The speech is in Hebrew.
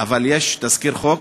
אבל יש תזכיר חוק,